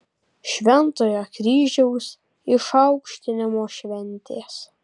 šventojo kryžiaus išaukštinimo šventės